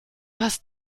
hast